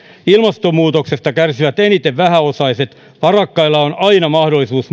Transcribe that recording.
ilmastonmuutoksesta kärsivät eniten vähäosaiset varakkailla on aina mahdollisuus